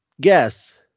guess